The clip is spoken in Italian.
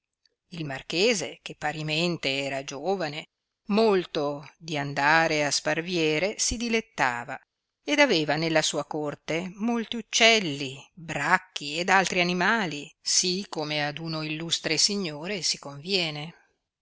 il marchese che parimente era giovane molto di andare a sparviere si dilettava ed aveva nella sua corte molti uccelli bracchi ed altri animali sì come ad uno illustre signore si conviene